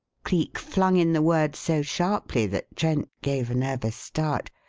cleek flung in the word so sharply that trent gave a nervous start.